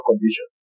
condition